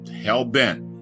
hell-bent